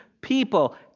people